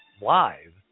live